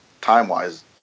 time-wise